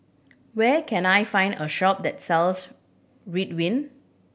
where can I find a shop that sells Ridwind